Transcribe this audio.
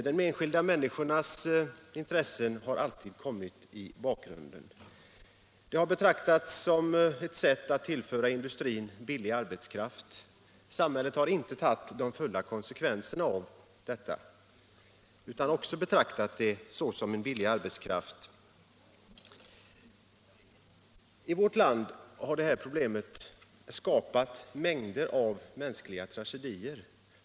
De enskilda människornas intressen har alltid kommit i bakgrunden. Detta har betraktats som ett sätt att tillföra industrin billig arbetskraft. Samhället har inte tagit de fulla konsekvenserna av det inträffade utan också betraktat invandrarna som en billig arbetskraft. I vårt land har detta problem skapat mängder av mänskliga tragedier.